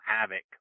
havoc